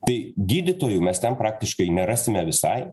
tai gydytojų mes ten praktiškai nerasime visai